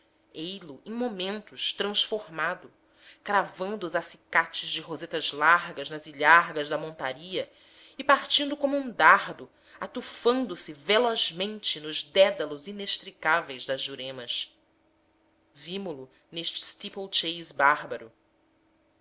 ei-lo em momentos transformado cravando os acicates de rosetas largas nas ilhargas da montaria e partindo como um dardo atufando se velozmente nos dédalos inextricáveis das juremas vimo lo neste steeple chase bárbaro